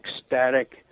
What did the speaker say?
ecstatic